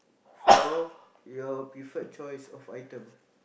for your preferred choice of item